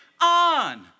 on